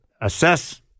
assess